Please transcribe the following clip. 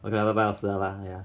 okay bye bye 我死了 lah !aiya!